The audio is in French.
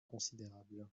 considérable